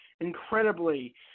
incredibly